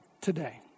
today